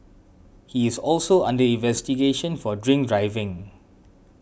he is also under investigation for drink driving